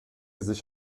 sich